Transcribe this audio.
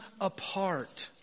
apart